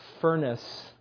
furnace